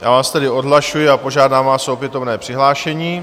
Já vás tedy odhlašuji a požádám vás o opětovné přihlášení.